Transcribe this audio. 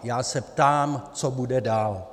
Já se ptám, co bude dál?